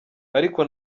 ariko